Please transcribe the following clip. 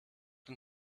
den